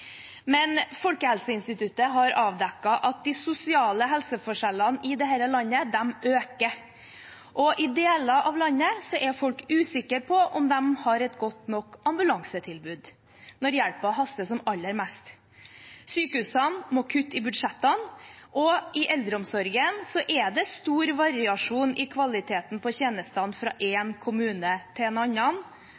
Men Folkehelseinstituttet har avdekket at de sosiale helseforskjellene i dette landet øker. I deler av landet er folk usikre på om de har et godt nok ambulansetilbud når hjelpen haster som aller mest. Sykehusene må kutte i budsjettene, og i eldreomsorgen er det stor variasjon i kvaliteten på tjenestene fra én kommune til en